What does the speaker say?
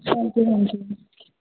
ਹਾਂਜੀ ਹਾਂਜੀ